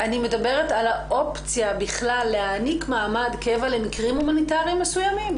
אני מדברת על האופציה בכלל להעניק מעמד קבע למקרים הומניטריים מסוימים,